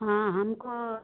हाँ हमको